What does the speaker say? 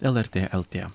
lrt lt